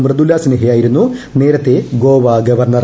മൃദുല സിൻഹയായിരുന്നു നേരത്തെ ഗോവാ ഗവർണർ